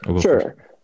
Sure